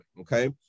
okay